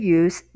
use